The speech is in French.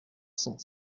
cent